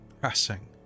pressing